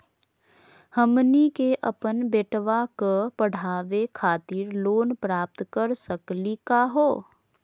हमनी के अपन बेटवा क पढावे खातिर लोन प्राप्त कर सकली का हो?